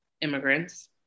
immigrants